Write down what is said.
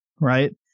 right